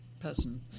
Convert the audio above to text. person